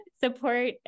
Support